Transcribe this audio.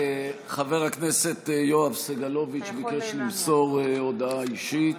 חבר הכנסת יואב סגלוביץ' ביקש למסור הודעה אישית,